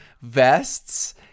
vests